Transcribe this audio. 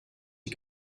die